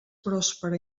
pròspera